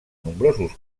nombrosos